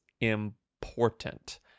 important